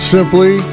Simply